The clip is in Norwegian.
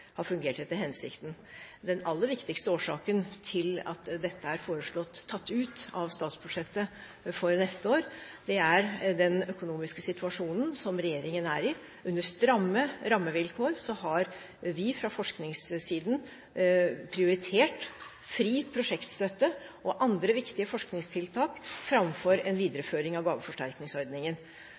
har fungert etter hensikten. Den aller viktigste årsaken til at dette er foreslått tatt ut av statsbudsjettet for neste år, er den økonomiske situasjonen som regjeringen er i. Under stramme rammevilkår har vi fra forskningssiden prioritert Fri prosjektstøtte og andre viktige forskningstiltak framfor en videreføring av gaveforsterkningsordningen.